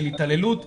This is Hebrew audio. של התעללות נפשית,